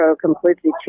completely